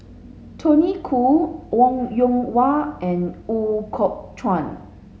Tony Khoo Wong Yoon Wah and Ooi Kok Chuen